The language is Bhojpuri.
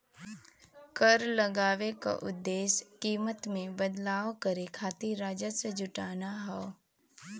कर लगाये क उद्देश्य कीमत में बदलाव करे खातिर राजस्व जुटाना हौ